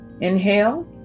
Inhale